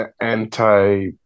anti –